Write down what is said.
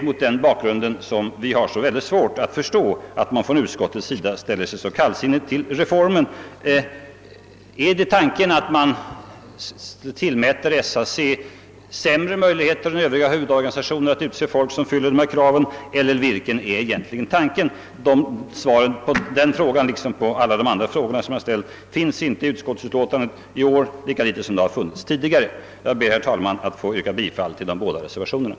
Mot den bakgrunden har vi svårt att förstå, att utskottet ställer sig så kallsinnigt till reformen. Tillskriver man SAC sämre möjligheter än övriga huvudorganisationer att utse folk som fyller kraven, eller vilken är tanken? Svaret på den frågan liksom på alla andra som jag har ställt finns inte i utskottets utlåtande i år, lika litet som det funnits tidigare. Jag ber, herr talman, att få yrka bifall till de båda reservationerna.